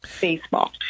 baseball